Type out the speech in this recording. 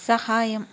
సహాయం